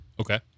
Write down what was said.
Okay